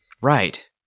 Right